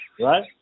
Right